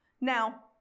now